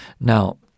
Now